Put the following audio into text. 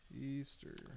Easter